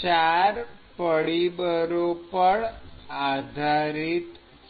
ચાર પરિબળો પર આધારિત છે